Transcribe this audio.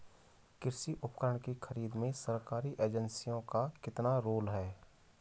कृषि उपकरण की खरीद में सरकारी एजेंसियों का कितना रोल है?